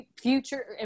future